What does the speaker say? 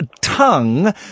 tongue